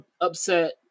upset